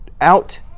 out